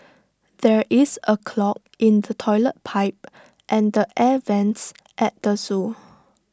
there is A clog in the Toilet Pipe and the air Vents at the Zoo